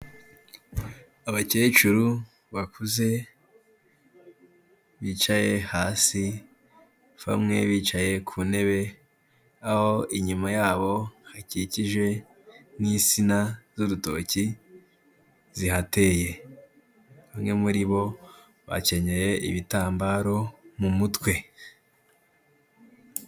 Abakecuru bakuze, bicaye hasi, bamwe bicaye ku ntebe, aho inyuma yabo hakikije n'insina z'urutoki zihateye. Bamwe muri bo bakenyeye ibitambaro mu mutwe.